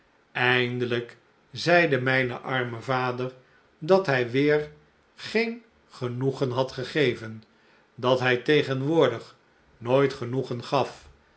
eindelijk zeide mijn arme vader dat hij weer geen genoegen had gegeven dat hij tegenwoordig nooit genoegen gaf